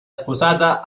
sposata